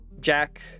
Jack